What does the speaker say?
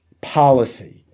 policy